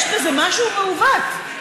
יש בזה משהו מעוות.